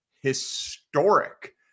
historic